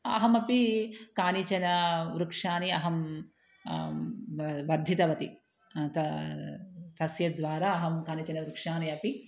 अहमपि कानिचन वृक्षाणि अहं ब वर्धितवती त तस्य द्वारा अहं कानिचन वृक्षाणि अपि